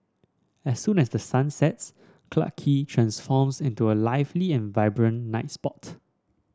as soon as the sun sets Clarke Quay transforms into a lively and vibrant night spot